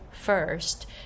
first